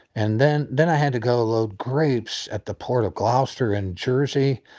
and then then i had to go load grapes at the port of gloucester in jersey.